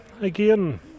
Again